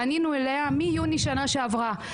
פנינו אליה מיוני שנה שעברה,